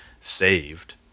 saved